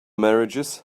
marriages